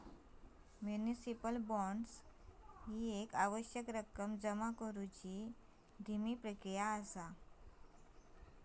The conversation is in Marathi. म्युनिसिपल बॉण्ड्स ह्या आवश्यक रक्कम जमा करण्याची एक धीमी प्रक्रिया असा